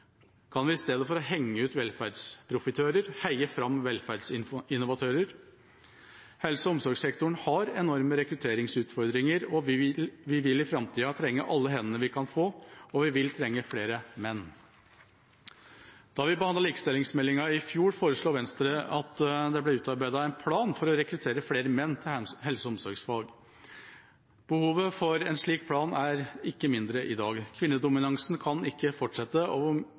Kan vi i stedet for å henge ut velferdsprofittørene heie fram velferdsinnovatørene? Helse- og omsorgssektoren har enorme rekrutteringsutfordringer. Vi vil i framtida trenge alle hendene vi kan få, og vi vil trenge flere menn. Da vi behandlet likestillingsmeldinga i fjor, foreslo Venstre at det ble utarbeidet en plan for å rekruttere flere menn til helse- og omsorgsfag. Behovet for en slik plan er ikke mindre i dag. Kvinnedominansen kan ikke fortsette, og vi må ta grep for å